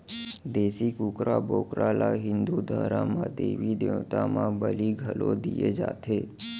देसी कुकरा, बोकरा ल हिंदू धरम म देबी देवता म बली घलौ दिये जाथे